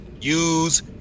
use